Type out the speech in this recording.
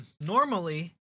normally